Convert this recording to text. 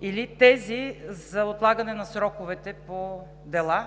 или тези за отлагане на сроковете по дела.